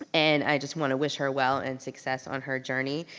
and i just wanna wish her well and success on her journey.